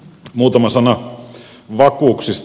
muutama sana vakuuksista